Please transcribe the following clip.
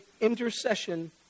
intercession